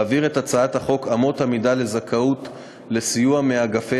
להעביר את הצעת חוק אמות המידה לזכאות לסיוע מאגפי